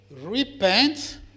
repent